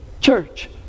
church